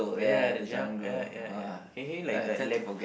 ya the jung~ ya ya ya can you like elab~